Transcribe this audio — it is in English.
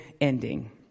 ending